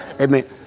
Amen